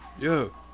Yo